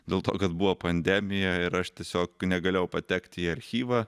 dėl to kad buvo pandemija ir aš tiesiog negalėjau patekti į archyvą